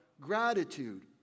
gratitude